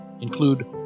include